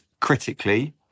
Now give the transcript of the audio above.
critically